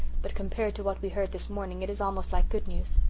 but compared to what we heard this morning it is almost like good news.